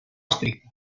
estricte